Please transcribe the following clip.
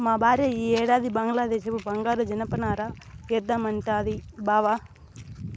మా భార్య ఈ ఏడాది బంగ్లాదేశపు బంగారు జనపనార ఏద్దామంటాంది బావ